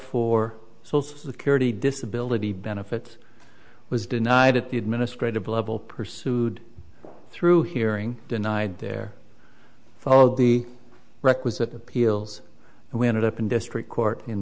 for social security disability benefits was denied at the administrative level pursued through hearing denied there followed the requisite appeals and we ended up in district court in